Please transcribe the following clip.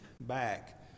back